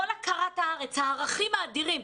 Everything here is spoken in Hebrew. כל הכרת הארץ, הערכים האדירים.